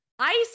ice